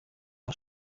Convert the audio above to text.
uko